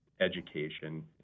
education